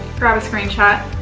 grab a screenshot.